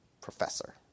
professor